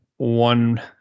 one